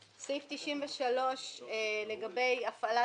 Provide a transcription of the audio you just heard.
רוב נגד, מיעוט נמנעים, אין סעיף 92 נתקבל.